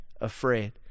afraid